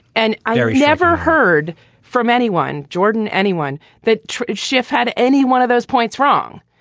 and i've never heard from anyone, jordan, anyone that schiff had any one of those points wrong.